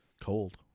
cold